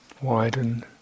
widen